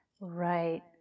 Right